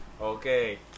Okay